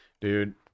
Dude